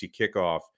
kickoff